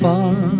Far